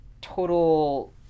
total